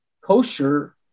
kosher